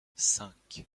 cinq